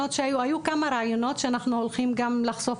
היו כמה רעיונות שאנחנו הולכים גם לחשוף